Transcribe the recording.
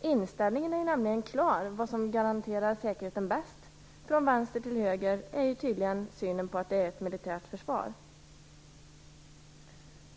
Inställningen till vad som garanterar säkerheten bäst är nämligen klar: Från vänster till höger är den tydligen att det gör ett militärt försvar.